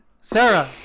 sarah